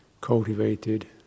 cultivated